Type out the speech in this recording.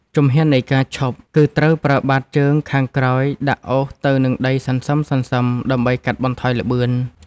ជំហាននៃការឈប់ គឺត្រូវប្រើបាតជើងខាងក្រោយដាក់អូសទៅនឹងដីសន្សឹមៗដើម្បីកាត់បន្ថយល្បឿន។